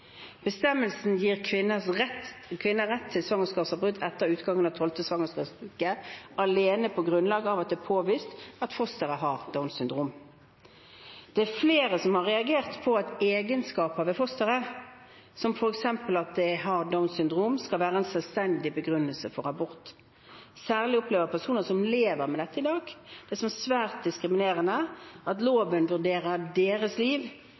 bestemmelsen, selv om Downs syndrom ikke er en sykdom. Bestemmelsen gir kvinner rett til svangerskapsavbrudd etter utgangen av tolvte svangerskapsuke alene på grunnlag av at det er påvist at fosteret har Downs syndrom. Det er flere som har reagert på at egenskaper ved fosteret, som f.eks. at det har Downs syndrom, skal være en selvstendig begrunnelse for abort. Særlig opplever personer som lever med dette i dag, det som svært diskriminerende at loven vurderer deres liv